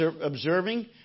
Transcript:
observing